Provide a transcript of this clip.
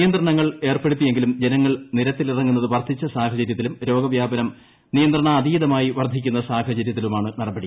നിയന്ത്രണങ്ങൾ ഏർപ്പെടുത്തിയെങ്കിലും ജനങ്ങൾ നിരത്തിലിറങ്ങുന്നത് വർദ്ധിച്ചു സാഹചരൃത്തിലും രോഗവൃാപനം നിയന്ത്രണാതീതമായി വർദ്ധിക്കുന്ന സാഹചര്യത്തിലുമാണ് നടപടി